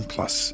Plus